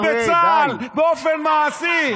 שלא שירת בצה"ל באופן מעשי,